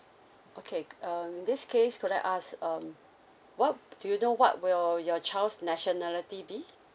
okay um in this case could I ask um what do you know what will your child's nationality be